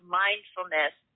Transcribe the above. mindfulness